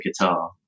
guitar